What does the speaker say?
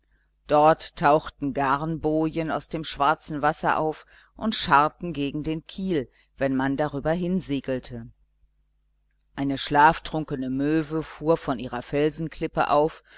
dort tauchten garnbojen aus dem schwarzen wasser auf und scharrten gegen den kiel wenn man darüber hinsegelte eine schlaftrunkene möwe fuhr von ihrer felsenklippe auf